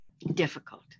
difficult